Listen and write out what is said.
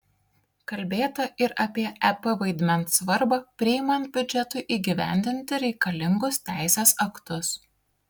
kalbėta ir apie ep vaidmens svarbą priimant biudžetui įgyvendinti reikalingus teisės aktus